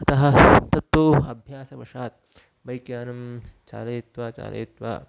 अतः तत्तु अभ्यासवशात् बैक्यानं चालयित्वा चालयित्वा